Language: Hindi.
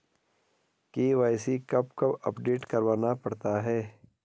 के.वाई.सी कब कब अपडेट करवाना पड़ता है?